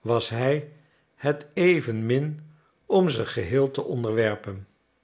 was hij het evenmin om ze geheel te onderwerpen